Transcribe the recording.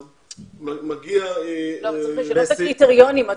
צריך לשנות את הקריטריונים.